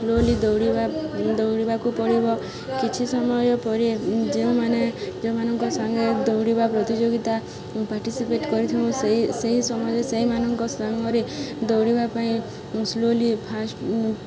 slowly ଦୌଡ଼ିବା ଦୌଡ଼ିବାକୁ ପଡ଼ିବ କିଛି ସମୟ ପରେ ଯେଉଁମାନେ ଯେଉଁମାନଙ୍କ ସାଙ୍ଗେ ଦୌଡ଼ିବା ପ୍ରତିଯୋଗିତା ପାାର୍ଟିସିପେଟ୍ କରିଥାଉଁ ସେଇ ସେହି ସମୟରେ ସେହିମାନଙ୍କ ସାଙ୍ଗରେ ଦୌଡ଼ିବା ପାଇଁ ସ୍ଲୋଲି ଫାର୍ଷ୍ଟ